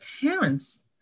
parents